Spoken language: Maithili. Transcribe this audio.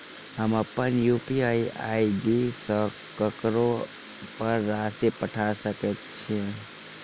हम अप्पन यु.पी.आई आई.डी सँ ककरो पर राशि पठा सकैत छीयैन?